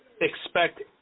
expect